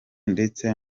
ndetse